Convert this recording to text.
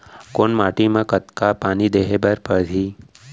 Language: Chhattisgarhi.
कोन माटी म कतका पानी देहे बर परहि?